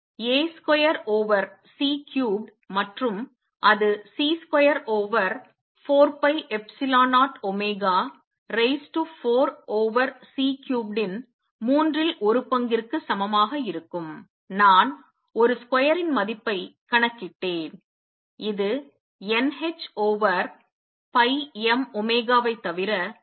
A square over C cubed மற்றும் அது C square over 4 pi epsilon 0 omega raise to 4 over C cubed இன் மூன்றில் ஒரு பங்கிற்கு சமமாக இருக்கும் நான் ஒரு ஸ்கொயர் இன் மதிப்பைக் கணக்கிட்டேன் இது n h ஓவர் pi m ஒமேகாவைத் தவிர வேறில்லை